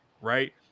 right